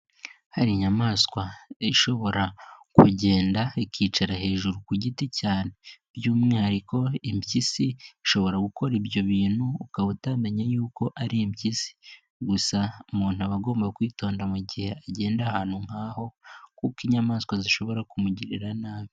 Hari inyamaswa ishobora kugenda ikicara hejuru ku giti cyane by'umwihariko impyisi ishobora gukora ibyo bintu ukaba utamenye yuko ari impyisi gusa umuntu aba agomba kwitonda mu gihe agenda ahantu nk'aho kuko inyamaswa zishobora kumugirira nabi.